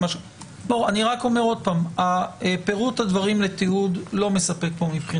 אני אומר שמבחינתי פירוט הדברים לתיעוד לא מספק כאן.